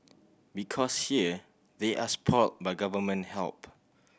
because here they are spoilt by Government help